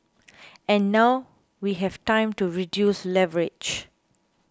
and now we have time to reduce leverage